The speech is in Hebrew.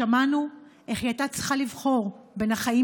שמענו איך היא הייתה צריכה לבחור בין החיים